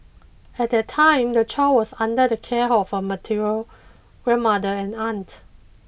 at that time the child was under the care of her material grandmother and aunt